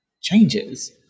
changes